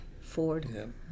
Ford